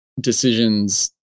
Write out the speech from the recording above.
decisions